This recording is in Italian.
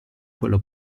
quello